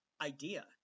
idea